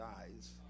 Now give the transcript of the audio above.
eyes